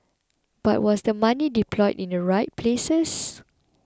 but was the money deployed in the right places